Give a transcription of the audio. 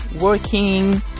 working